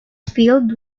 field